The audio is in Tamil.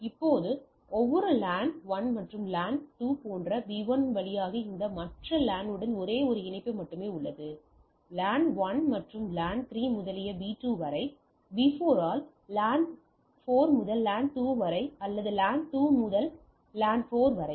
இப்போது ஒவ்வொரு லானுக்கும் LAN 1 மற்றும் LAN 2 போன்ற B 1 வழியாக இந்த மற்ற LAN உடன் ஒரே ஒரு இணைப்பு மட்டுமே உள்ளது லேன் 1 மற்றும் லேன் 3 முதல் B 2 வரை B 4 ஆல் LAN 4 முதல் LAN 2 வரை அல்லது LAN 2 முதல் LAN 4 வரை